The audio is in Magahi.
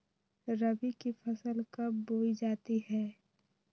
रबी की फसल कब बोई जाती है?